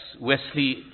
Wesley